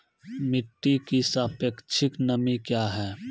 मिटी की सापेक्षिक नमी कया हैं?